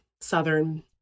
Southern